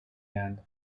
end